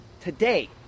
Today